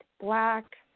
black